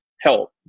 help